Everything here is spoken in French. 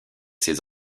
ces